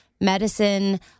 medicine